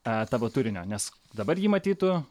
ee tavo turinio nes dabar jį matytų